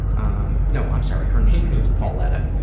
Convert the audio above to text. um no, i'm sorry, her name is pauletta.